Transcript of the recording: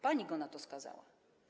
Pani go na to skazała.